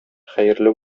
хәерле